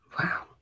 Wow